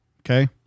okay